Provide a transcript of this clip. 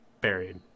buried